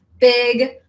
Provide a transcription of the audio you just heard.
big